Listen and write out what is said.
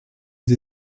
sie